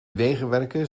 wegenwerken